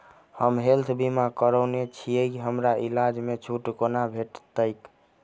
हम हेल्थ बीमा करौने छीयै हमरा इलाज मे छुट कोना भेटतैक?